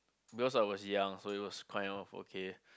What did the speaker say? because I was young so it was quite of okay